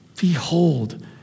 Behold